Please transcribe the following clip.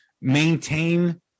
maintain